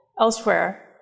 elsewhere